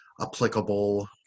applicable